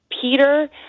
peter